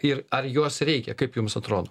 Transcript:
ir ar jos reikia kaip jums atrodo